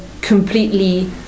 completely